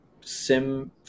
sim